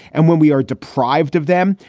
and when we are deprived of them,